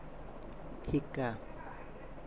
শিকা